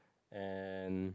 and